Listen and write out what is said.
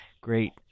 great